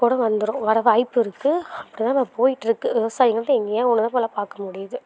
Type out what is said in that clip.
கூட வந்துரும் வர வாய்ப்பு இருக்கு அப்படி தான் இப்போ போய்ட்டுருக்கு விவசாயிங்கள்கிட்ட எங்கேயாது ஒன்று தான் இப்போலாம் பார்க்க முடியுது